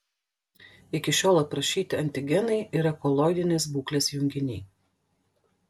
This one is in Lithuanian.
iki šiol aprašyti antigenai yra koloidinės būklės junginiai